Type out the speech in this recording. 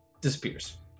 disappears